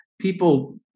people